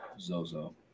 Zozo